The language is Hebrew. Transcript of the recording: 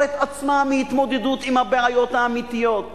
את עצמה מהתמודדות עם הבעיות האמיתיות.